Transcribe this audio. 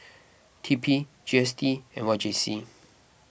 T P G S T and Y J C